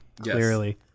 clearly